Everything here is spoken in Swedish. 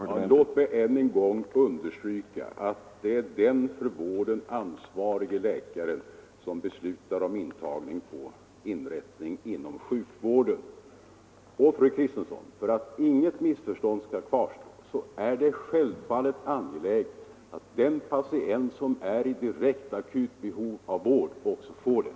Herr talman! Låt mig än en gång understryka att det är den för vården ansvarige läkaren som beslutar om intagning på inrättning inom sjukvården. Och, fru Kristensson, för att inget missförstånd skall kvarstå vill jag poängtera att det självfallet är angeläget att den som är i direkt akut behov av vård också får den.